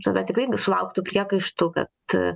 tada tikrai gi sulauktų priekaištų kad